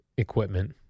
Equipment